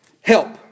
help